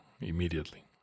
immediately